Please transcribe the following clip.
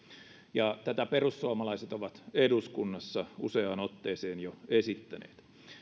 ja tätä perussuomalaiset ovat eduskunnassa useaan otteeseen jo esittäneet